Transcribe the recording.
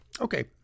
Okay